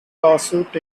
lawsuit